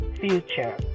future